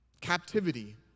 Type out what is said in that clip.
captivity